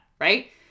right